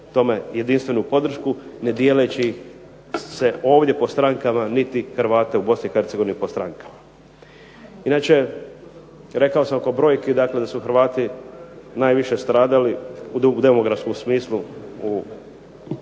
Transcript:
tome jedinstvenu podršku ne dijeleći se ovdje po strankama niti Hrvate u BiH po strankama. Inače, rekao sam oko brojki dakle da su Hrvati najviše stradali u demografskom smislu u '90-im